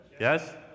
Yes